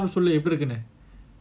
சொல்லுஎப்படிஇருக்குனு:sollu epadi irukkunu